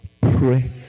Pray